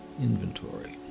inventory